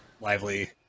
lively